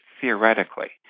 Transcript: theoretically